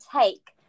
take